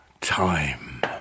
Time